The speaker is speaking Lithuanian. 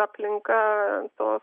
aplinka to